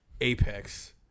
Apex